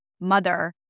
mother